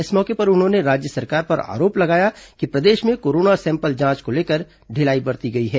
इस मौके पर उन्होंने राज्य सरकार पर आरोप लगाया कि प्रदेश में कोरोना सैंपल जांच को लेकर ढ़िलाई बरती गई है